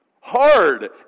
hard